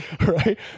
right